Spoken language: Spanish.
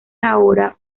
ahora